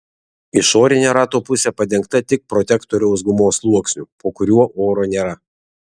išorinė rato pusė padengta tik protektoriaus gumos sluoksniu po kuriuo oro nėra